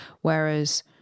whereas